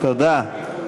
תודה.